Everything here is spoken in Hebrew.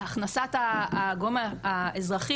הכנסת הגורם האזרחי,